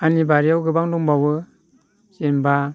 आंनि बारियाव गोबां दंबावो जेन'बा